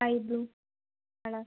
sky blue colour